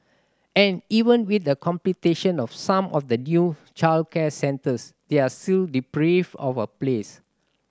and even with the completion of some of the new childcare centres they are still deprived of a place